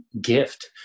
gift